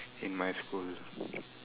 in my school